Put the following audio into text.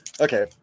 okay